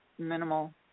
minimal